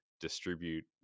distribute